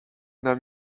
nam